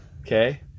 Okay